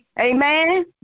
Amen